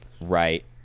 right